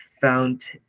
found